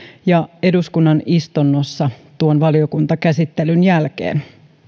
ja eduskunnan istunnossa tuon valiokuntakäsittelyn jälkeen